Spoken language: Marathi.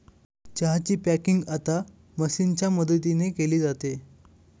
चहा ची पॅकिंग आता मशीनच्या मदतीने केली जाते